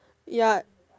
ya